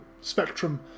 spectrum